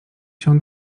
się